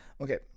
okay